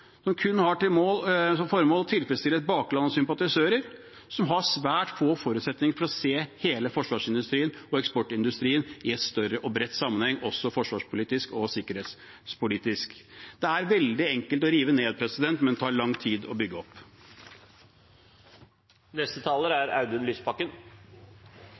som kun har som formål å tilfredsstille et bakland av sympatisører som har svært få forutsetninger for å se hele forsvarsindustrien og eksportindustrien i en større og bredere sammenheng, også forsvarspolitisk og sikkerhetspolitisk. Det er veldig enkelt å rive ned, men tar lang tid å bygge